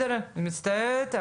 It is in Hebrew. מצטערת,